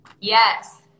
Yes